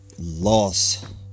loss